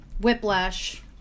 whiplash